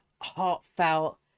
heartfelt